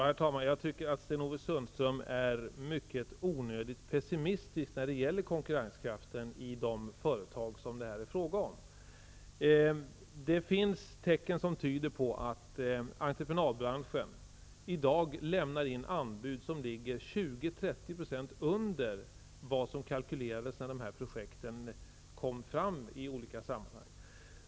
Herr talman! Jag tycker att Sten-Ove Sundström är onödigt pessimistisk när det gäller konkurrenskraften i de företag som det här är fråga om. Det finns tecken som tyder på att entreprenadbranschen i dag lämnar in anbud som ligger 20--30 % under vad som kalkylerades när dessa projekt togs fram i olika sammanhang.